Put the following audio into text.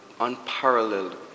unparalleled